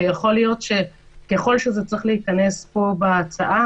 ויכול להיות שככל שזה צריך להיכנס פה בהצעה,